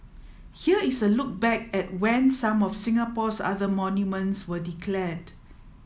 here is a look back at when some of Singapore's other monuments were declared